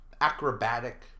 Acrobatic